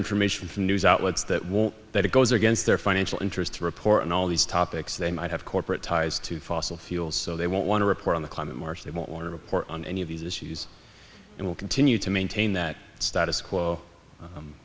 information from news outlets that want that it goes against their financial interest to report on all these topics they might have corporate ties to fossil fuels so they won't want to report on the climate market they won't want to report on any of these issues and will continue to maintain that status quo